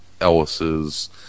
ellis's